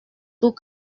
tout